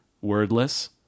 wordless